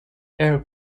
air